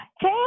Hey